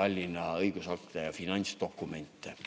Tallinna õigusakte ja finantsdokumente.